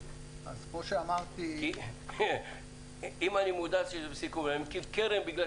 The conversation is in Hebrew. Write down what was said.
אם אני מודע שזה בסיכון ואני מקים קרן בגלל